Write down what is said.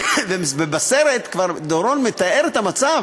ובסרט כבר דורון מתאר את המצב,